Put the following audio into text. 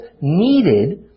needed